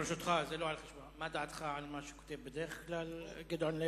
ברשותך, מה דעתך על מה שכותב בדרך כלל גדעון לוי?